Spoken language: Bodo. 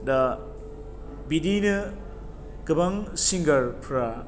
दा बिदियैनो गोबां सिंगारफ्रा